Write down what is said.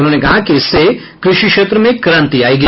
उन्होंने कहा कि इससे कृषि क्षेत्र में क्रांति आएगी